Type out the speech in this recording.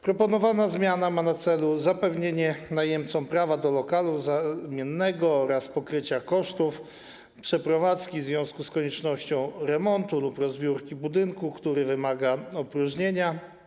Proponowana zmiana ma na celu zapewnienie najemcom prawa do lokalu zamiennego oraz pokrycia kosztów przeprowadzki w związku z koniecznością remontu lub rozbiórki budynku, który wymaga opróżnienia.